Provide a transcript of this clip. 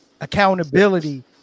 accountability